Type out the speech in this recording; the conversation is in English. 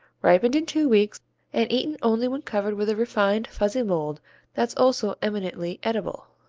ripened in two weeks and eaten only when covered with a refined fuzzy mold that's also eminently edible.